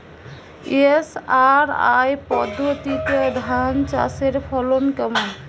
SRI পদ্ধতিতে ধান চাষের ফলন কেমন?